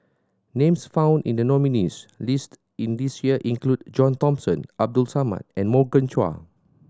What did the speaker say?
names found in the nominees' list in this year include John Thomson Abdul Samad and Morgan Chua